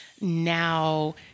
now